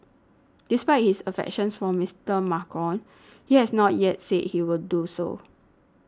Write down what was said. despite his affections for Mister Macron he has not yet said he will do so